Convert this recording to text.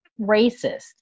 racist